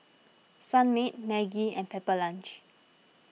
Sunmaid Maggi and Pepper Lunch